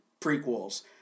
prequels